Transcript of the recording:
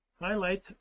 highlight